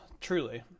Truly